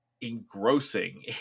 engrossing